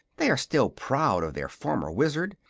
they are still proud of their former wizard,